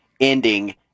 ending